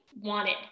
wanted